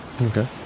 Okay